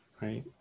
right